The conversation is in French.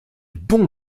bon